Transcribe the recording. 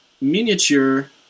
miniature